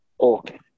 Okay